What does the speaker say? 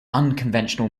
unconventional